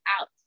out